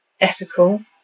ethical